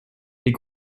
les